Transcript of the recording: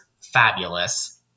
Fabulous